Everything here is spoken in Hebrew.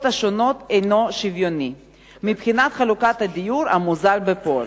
השונות אינו שוויוני מבחינת חלוקת הדיור המוזל בפועל.